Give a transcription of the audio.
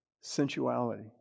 sensuality